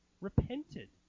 repented